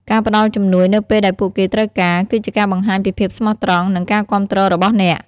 ការផ្តល់ជំនួយនៅពេលដែលពួកគេត្រូវការ គឺជាការបង្ហាញពីភាពស្មោះត្រង់និងការគាំទ្ររបស់អ្នក។